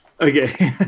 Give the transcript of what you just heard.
Okay